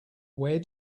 where